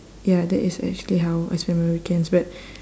ya that is actually how I spend my weekends but